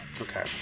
Okay